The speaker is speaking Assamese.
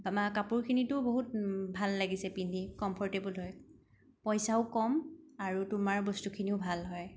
আমাৰ কাপোৰখিনিতো বহুত ভাল লাগিছে পিন্ধি কম্ফ'ৰ্টেবোল হয় পইচাও কম আৰু তোমাৰ বস্তুখিনিও ভাল হয়